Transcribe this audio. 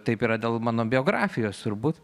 taip yra dėl mano biografijos turbūt